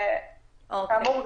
כאמור,